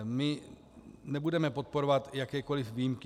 My nebudeme podporovat jakékoli výjimky.